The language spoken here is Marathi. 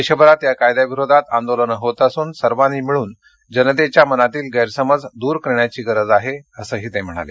देशभरात या कायद्याविरोधात आंदोलनं होत असून सर्वांनी मिळून जनतेच्या मनातील गस्तिमज दूर करण्याची गरज आहे असं ते म्हणाले